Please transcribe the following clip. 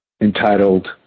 entitled